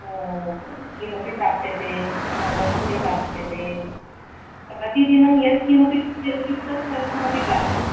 किमपि प्राप्यते वस्तूनि प्राप्यते प्रतिदिनं यत्किमपि चलति तत्सर्वमपि प्राप्यते